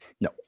no